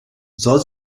soll